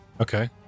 Okay